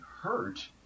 hurt